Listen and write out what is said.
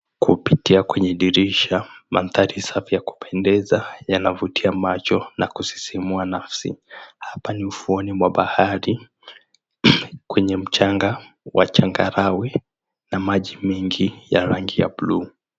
Kupitia kwenye dirisha mandhari safi ya kupendeza yanavutia macho na kusisimua nafsi, hapa ni ufuoni mwa bahari kwenye mchanga wa changarawe na maji mengi ya rangi ya buluu.